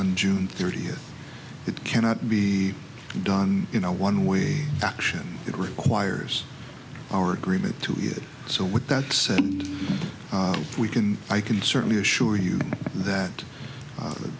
on june thirtieth it cannot be done in a one way action it requires our agreement to either so with that said we can i can certainly assure you that